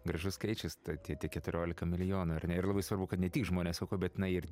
gražus skaičius ta tie tie keturiolika milijonų ar ne ir labai svarbu kad ne tik žmones bet na ir